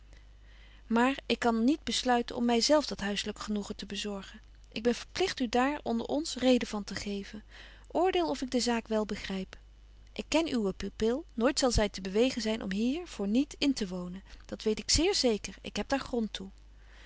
maar ik kan niet besluiten om my zelf dat huisselyk genoegen te bezorgen ik ben verpligt u daar onder ons reden van te geven oordeel of ik de zaak wel begryp ik ken uwe pupil nooit zal zy te bewegen zyn om hier voor niet in te wonen dat betje wolff en aagje deken historie van mejuffrouw sara burgerhart weet ik zéér zeker ik heb daar grond toe